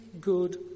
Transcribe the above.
good